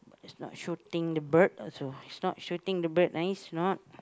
is not shooting the bird also he's not shooting the bird no he's not